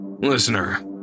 Listener